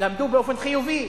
למדו באופן חיובי,